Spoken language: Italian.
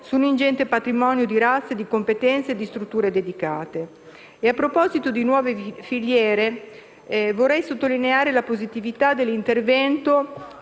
su un ingente patrimonio di razze, di competenze, di strutture dedicate. A proposito di nuove filiere, vorrei sottolineare la positività dell'intervento